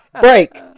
Break